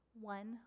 one